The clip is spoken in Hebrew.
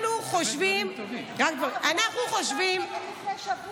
אנחנו חושבים, אבל לפני שבוע